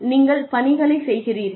நீங்கள் பணிகளைச் செய்கிறீர்கள்